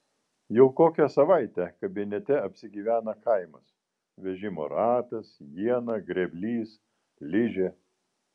jau kokią savaitę kabinete apsigyvena kaimas vežimo ratas iena grėblys ližė